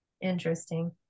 interesting